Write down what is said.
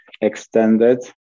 extended